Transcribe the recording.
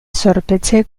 zorpetze